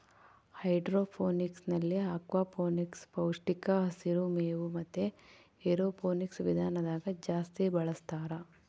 ಹೈಡ್ರೋಫೋನಿಕ್ಸ್ನಲ್ಲಿ ಅಕ್ವಾಫೋನಿಕ್ಸ್, ಪೌಷ್ಟಿಕ ಹಸಿರು ಮೇವು ಮತೆ ಏರೋಫೋನಿಕ್ಸ್ ವಿಧಾನದಾಗ ಜಾಸ್ತಿ ಬಳಸ್ತಾರ